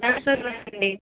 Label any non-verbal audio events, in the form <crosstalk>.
<unintelligible>